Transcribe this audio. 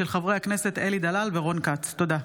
תודה.